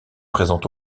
présente